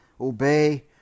Obey